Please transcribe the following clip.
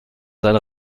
seine